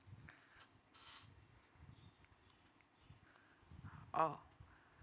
oh